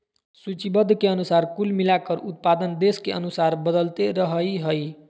सूचीबद्ध के अनुसार कुल मिलाकर उत्पादन देश के अनुसार बदलते रहइ हइ